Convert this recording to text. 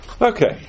Okay